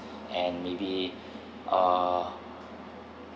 and maybe uh